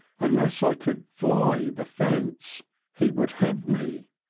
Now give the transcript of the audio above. un less i could fly the fence he would have me.